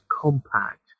Compact